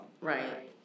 Right